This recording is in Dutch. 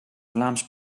vlaams